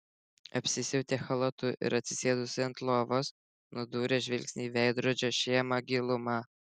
apsisiautė chalatu ir atsisėdusi ant lovos nudūrė žvilgsnį į veidrodžio šėmą gilumą